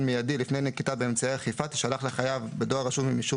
מיידי לפני נקיטה באמצעי אכיפה תישלח לחייב בדואר רשום עם אישור